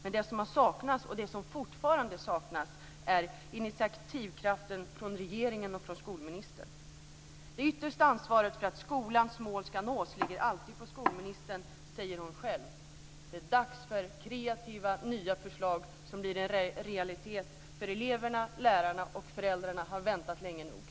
Men det som har saknats och som fortfarande saknas är initiativkraften från regeringen och skolministern. Det yttersta ansvaret för att skolans mål ska nås ligger alltid på skolministern, säger hon själv. Det är dags för kreativa nya förslag som blir en realitet. Eleverna, lärarna och föräldrarna har väntat länge nog.